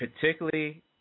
particularly